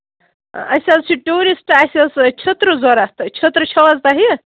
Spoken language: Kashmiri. أسۍ حظ چھِ ٹیٛوٗرِسٹ اَسہِ حظ چھِ چھٔترٕ ضروٗرت چھٔترٕ چھَوٕ حظ تۄہہِ